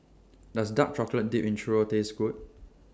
Does Dark Chocolate Dipped Churro Taste Good